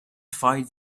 find